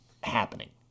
happening